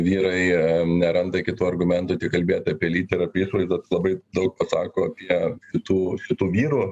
vyrai neranda kitų argumentų tik kalbėt apie lytį ir apie išvaizdą labai daug pasako apie šitų šitų vyrų